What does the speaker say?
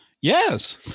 Yes